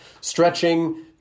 stretching